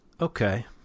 Okay